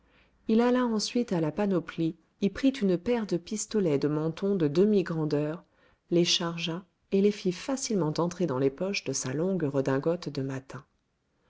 il alla ensuite à la panoplie y prit une paire de pistolets de manton de demi grandeur les chargea et les fit facilement entrer dans les poches de sa longue redingote de matin